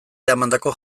eramandako